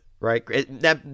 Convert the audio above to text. Right